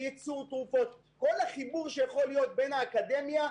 בייצור תרופות כל החיבור שיכול להיות בין האקדמיה,